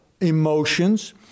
emotions